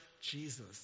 Jesus